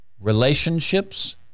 Relationships